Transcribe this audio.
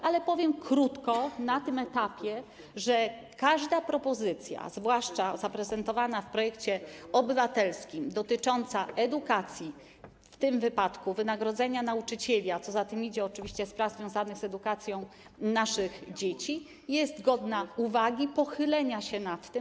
Natomiast powiem krótko na tam etapie, że każda propozycja, zwłaszcza zaprezentowana w projekcie obywatelskim, dotycząca edukacji, w tym wypadku wynagrodzeń nauczycieli, a co za tym idzie - oczywiście spraw związanych z edukacją naszych dzieci, jest godna uwagi i pochylenia się nad tym.